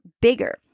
bigger